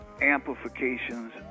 amplifications